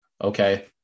okay